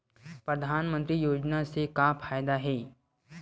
परधानमंतरी योजना से का फ़ायदा हे?